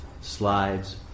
slides